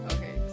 Okay